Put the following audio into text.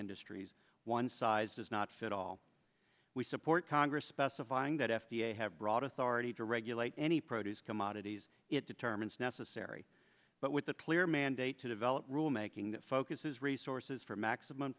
industries one size does not fit all we support congress specifying that f d a have broad authority to regulate any produce commodities it determines necessary but with a clear mandate to develop rulemaking that focuses resources for maximum